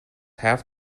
have